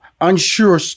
unsure